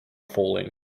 falling